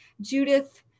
Judith